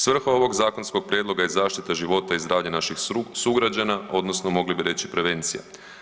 Svrha ovog zakonskog prijedloga je zaštita života i zaštita naših sugrađana odnosno mogli bi reći prevencija.